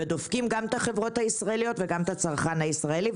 הם דופקים גם את החברות הישראליות וגם את הצרכן הישראלי.